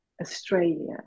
Australia